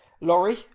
Laurie